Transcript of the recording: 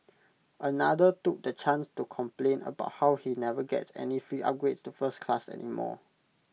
another took the chance to complain about how he never gets any free upgrades to first class anymore